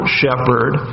shepherd